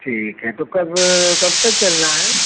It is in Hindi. ठीक है तो कब कब तक चलना है